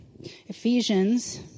Ephesians